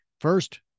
First